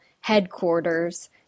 headquarters